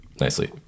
nicely